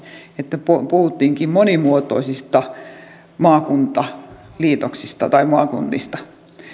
että puhuttiinkin monimuotoisista maakuntaliitoksista tai maakunnista